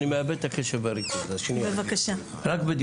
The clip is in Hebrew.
בבקשה.